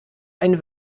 ein